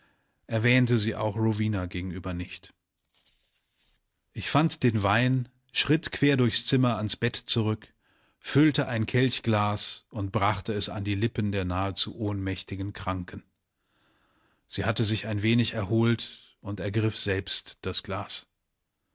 erwähnte sie auch rowena gegenüber nicht ich fand den wein schritt quer durchs zimmer ans bett zurück füllte ein kelchglas und brachte es an die lippen der nahezu ohnmächtigen kranken sie hatte sich ein wenig erholt und ergriff selbst das glas